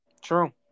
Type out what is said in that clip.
True